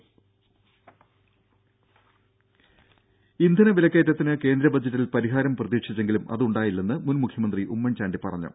ദേദ ഇന്ധന വിലക്കയറ്റത്തിന് കേന്ദ്രബജറ്റിൽ പരിഹാരം പ്രതീക്ഷിച്ചെങ്കിലും അതുണ്ടായില്ലെന്ന് മുൻ മുഖ്യമന്ത്രി ഉമ്മൻചാണ്ടി പറഞ്ഞു